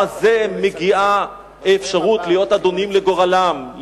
הזה מגיעה אפשרות להיות אדונים לגורלם,